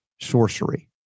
sorcery